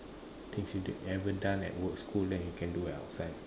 things you never done at work school then you can do outside